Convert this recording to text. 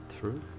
True